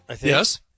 Yes